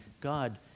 God